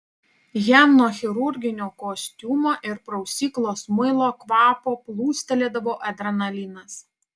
jam nuo chirurginio kostiumo ir prausyklos muilo kvapo plūstelėdavo adrenalinas